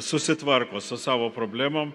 susitvarko su savo problemom